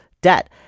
debt